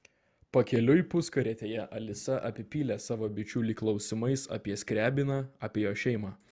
pakeliui puskarietėje alisa apipylė savo bičiulį klausimais apie skriabiną apie jo šeimą